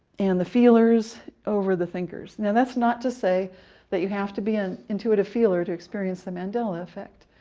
and the feelers over the thinker's. now that's not to say that you have to be an intuitive feeler to experience the mandela effect.